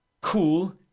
cool